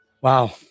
Wow